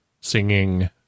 singing